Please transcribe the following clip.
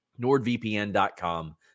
NordVPN.com